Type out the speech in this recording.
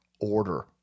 order